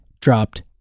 dropped